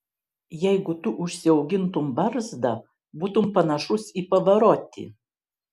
jeigu tu užsiaugintum barzdą būtum panašus į pavarotį